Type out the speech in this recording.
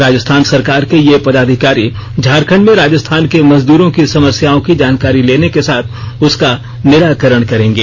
राजस्थान सरकार के ये पदाधिकारी झारखंड में राजस्थान के मजदूरों की समस्याओं की जानकारी लेने के साथ उसका निराकरण करेंगे